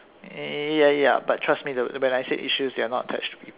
ya ya ya ya but trust me when I said issues they are not attached to people